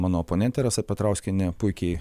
mano oponentė rasa petrauskienė puikiai